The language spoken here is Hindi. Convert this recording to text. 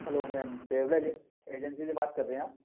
hello ma'am travel agen agency से बात कर रहें आप